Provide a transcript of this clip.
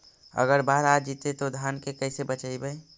अगर बाढ़ आ जितै तो धान के कैसे बचइबै?